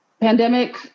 pandemic